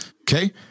Okay